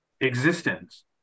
existence